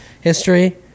history